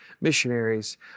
missionaries